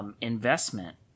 investment